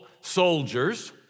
soldiers